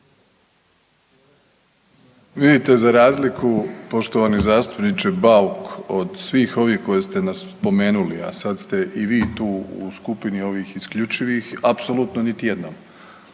Vidite za razliku poštovani zastupniče Bauk, od svih ovih koje ste nas spomenuli, a sad ste i vi tu u skupini ovih isključivih apsolutno niti jedno,